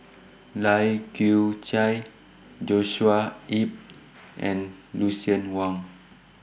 Lai Kew Chai Joshua Ip and Lucien Wang